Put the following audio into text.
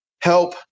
help